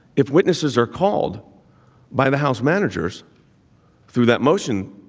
if witnesses are called by the house managers through that motion,